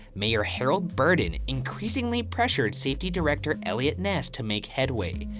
mayor harold burton, increasingly pressured safety director eliot ness to make headway.